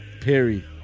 Perry